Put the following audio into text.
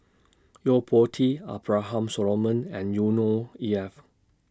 Yo Po Tee Abraham Solomon and Yusnor E F